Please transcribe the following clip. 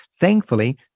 thankfully